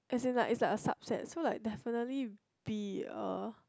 as in like it's like a subset so like definitely be a